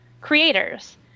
creators